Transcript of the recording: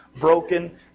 broken